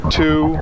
two